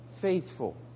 faithful